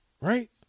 Right